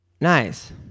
Nice